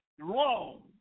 wrong